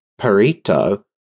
Perito